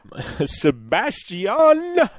Sebastian